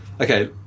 okay